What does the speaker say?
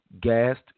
gassed